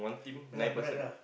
yea lah correct lah